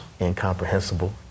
incomprehensible